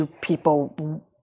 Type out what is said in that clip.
people